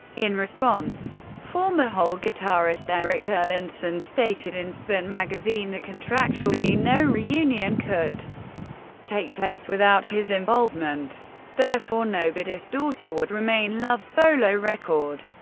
in response, former hole guitarist eric erlandson stated in spin magazine that contractually no reunion could take place without his involvement therefore nobody's daughter would remain love's solo record,